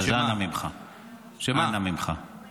כמה פעמים קיצצו את תוכנית מגן הצפון?